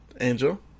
Angel